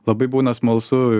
labai būna smalsu